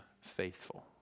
faithful